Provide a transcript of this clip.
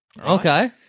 Okay